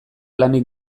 lanik